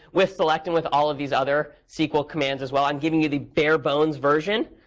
with select and with all of these other sql commands as well, i'm giving you the bare-bones version.